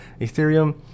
Ethereum